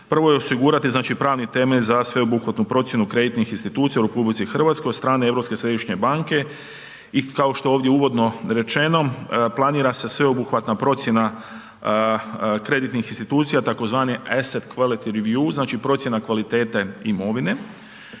Prvo je osigurati, znači pravni temelj za sveobuhvatnu procjenu kreditnih institucija u RH od strane Europske središnje banke i kao što je ovdje uvodno rečeno, planira se sveobuhvatna procjena kreditnih institucija tzv. …/Govornik se ne razumije/…znači procjena kvalitete imovine